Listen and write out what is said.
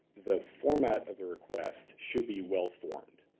the format of the request should be well-formed.